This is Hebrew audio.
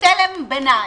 תלם-ביניים.